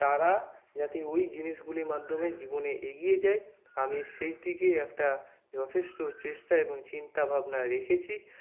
তারা যাতে ওই জিনিসগুলির মাধ্যমে জীবনে এগিয়ে যায় আমি সেই দিকেই একটা যথেষ্ট চেষ্টা এবং চিন্তাভাবনা রেখেছি